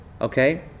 Okay